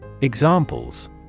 Examples